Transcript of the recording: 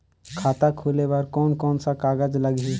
खाता खुले बार कोन कोन सा कागज़ लगही?